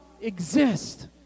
exist